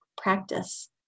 practice